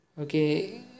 Okay